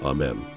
Amen